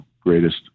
greatest